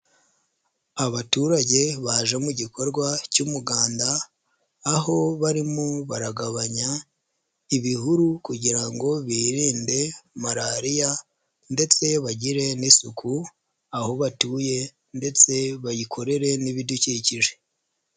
Abaturage baje mu gikorwa cy'umuganda, aho barimo babanya ibihuru kugira ngo birinde Malariya ndetse bagire n'isuku aho batuye ndetse bayikorere n'ibidukikije.